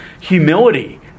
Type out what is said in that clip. humility